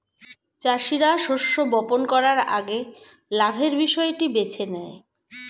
চাষীরা শস্য বপন করার আগে লাভের বিষয়টি বেছে নেয়